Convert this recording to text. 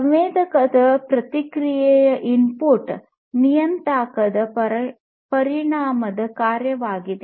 ಸಂವೇದಕದ ಪ್ರತಿಕ್ರಿಯೆ ಇನ್ಪುಟ್ ನಿಯತಾಂಕದ ಪರಿಮಾಣದ ಕಾರ್ಯವಾಗಿದೆ